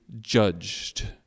judged